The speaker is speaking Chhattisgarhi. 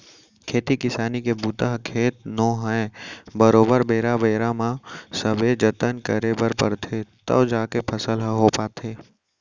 खेती किसानी के बूता ह खेत नो है बरोबर बेरा बेरा म सबे जतन करे बर परथे तव जाके फसल ह हो पाथे